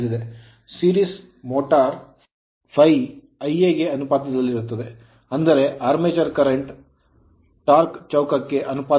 series motor ಸರಣಿಯಲ್ಲಿ motor ∅ Ia ಗೆ ಅನುಪಾತದಲ್ಲಿರುತ್ತದೆ ಅಂದರೆ armature current ಆರ್ಮೇಚರ್ ಕರೆಂಟ್ ಚೌಕಕ್ಕೆ torque ಟಾರ್ಕ್ ಅನುಪಾತದಲ್ಲಿ